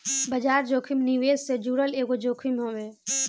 बाजार जोखिम निवेश से जुड़ल एगो जोखिम हवे